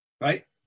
right